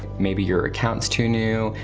maybe your account's too new,